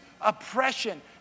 oppression